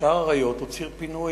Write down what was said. שער האריות הוא ציר פינוי.